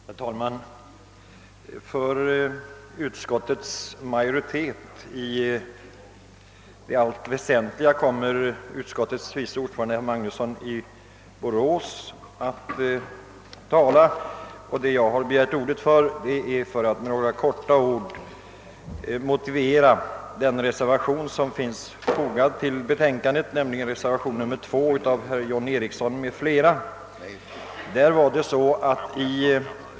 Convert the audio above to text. Herr talman! För utskottets majoritet kommer dess vice ordförande, herr Magnusson i Borås, att tala i allt det väsentliga. Jag har begärt ordet för att med några få ord motivera den reservation nr 2 som fogats till betänkandet, av herr John Ericsson m.fl.